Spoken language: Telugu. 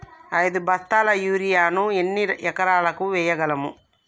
ఐదు బస్తాల యూరియా ను ఎన్ని ఎకరాలకు వేయగలము?